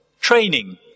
training